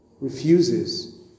refuses